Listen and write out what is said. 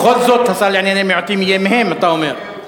בכל זאת השר לענייני מיעוטים יהיה מהם, אתה אומר.